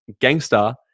gangster